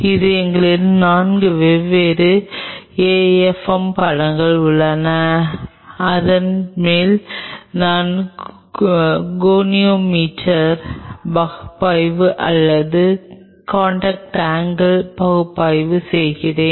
எனவே என்னிடம் 4 வெவ்வேறு ஏபிஎம் படங்கள் உள்ளன அதன் மேல் நான் கோனியோமீட்டர் பகுப்பாய்வு அல்லது காண்டாக்ட் ஆங்கில் பகுப்பாய்வு செய்கிறேன்